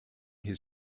his